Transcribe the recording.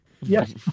Yes